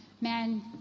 man